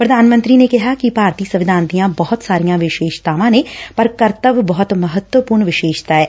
ਪ੍ਰਧਾਨ ਮੰਤਰੀ ਨੇ ਕਿਹਾ ਕਿ ਭਾਰਤੀ ਸੰਵਿਧਾਨ ਦੀਆਂ ਬਹੁਤ ਸਾਰੀਆਂ ਵਿਸੇਸ਼ਤਾਵਾਂ ਨੇ ਪਰ ਕਰਤੱਵ ਬਹੁਤ ਮਹੱਤਵਪੂਰਨ ਵਿਸ਼ੇਸਤਾ ਏ